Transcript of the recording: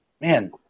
man